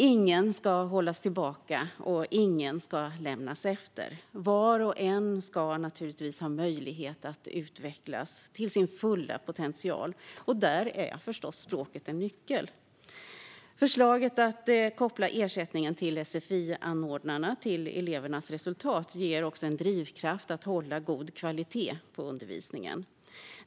Ingen ska hållas tillbaka, och ingen ska lämnas efter. Var och en ska naturligtvis ha möjlighet att utvecklas till sin fulla potential, och där är förstås språket en nyckel. Förslaget att koppla ersättningen till sfi-anordnarna till elevernas resultat ger också en drivkraft att hålla god kvalitet på undervisningen.